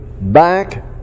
back